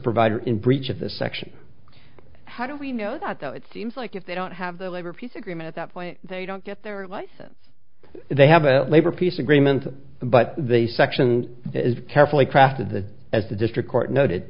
provider in breach of the section how do we know that though it seems like if they don't have the labor peace agreement at that point they don't get their license they have a labor peace agreement but the section is carefully crafted that as the district court noted